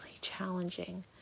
challenging